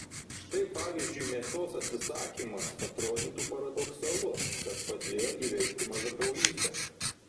štai pavyzdžiui mėsos atsisakymas atrodytų paradoksalu bet padėjo įveikti mažakraujystę